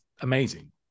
amazing